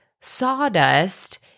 sawdust